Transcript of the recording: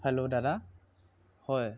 hello দাদা হয়